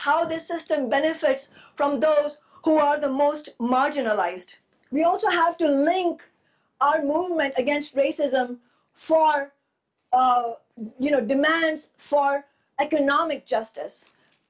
how this system benefits from those who are the most marginalized we also have to link our movement against racism for our you know demands for economic justice